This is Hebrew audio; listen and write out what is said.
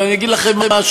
אבל אני אגיד לכם משהו: